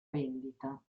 vendita